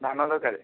ଧାନ ଦରକାର